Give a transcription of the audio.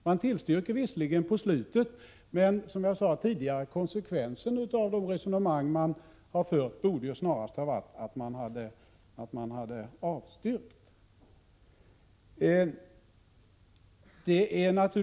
Man tillstyrker visserligen på slutet, men som jag sade tidigare borde konsekvensen av de resonemang man har fört snarast ha varit att avstyrka.